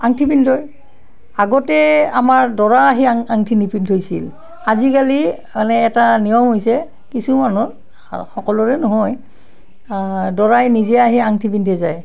আঙঠি পিন্ধাই আগতে আমাৰ দৰা আহি আঙঠি নিপিন্ধইছিল আজিকালি মানে এটা নিয়ম হৈছে কিছু মানুহৰ সকলোৰে নহয় দৰাই নিজে আহি আঙঠি পিন্ধেই যায়